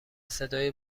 صدای